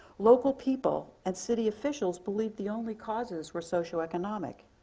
local people and city officials believed the only causes were socio-economic.